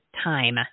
Time